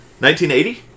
1980